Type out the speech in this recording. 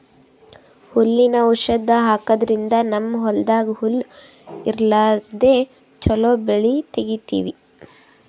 ಹುಲ್ಲಿನ್ ಔಷಧ್ ಹಾಕದ್ರಿಂದ್ ನಮ್ಮ್ ಹೊಲ್ದಾಗ್ ಹುಲ್ಲ್ ಇರ್ಲಾರ್ದೆ ಚೊಲೋ ಬೆಳಿ ತೆಗೀತೀವಿ